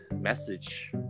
message